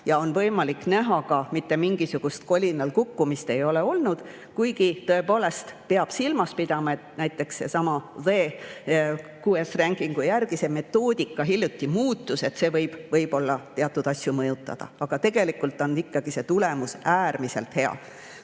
ja on võimalik ka näha, et mitte mingisugust kolinal kukkumist ei ole olnud. Kuigi, tõepoolest peab silmas pidama, et näiteks sellesama QS-iranking'u metoodika hiljuti muutus, see võib teatud asju mõjutada, aga tegelikult on see tulemus ikkagi äärmiselt hea.